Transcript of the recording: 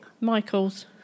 Michael's